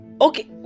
Okay